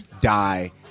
die